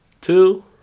two